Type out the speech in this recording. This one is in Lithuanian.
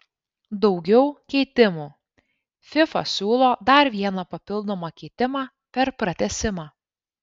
daugiau keitimų fifa siūlo dar vieną papildomą keitimą per pratęsimą